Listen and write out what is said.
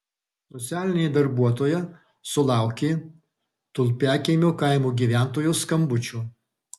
socialinė darbuotoja sulaukė tulpiakiemio kaimo gyventojos skambučio